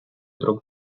друг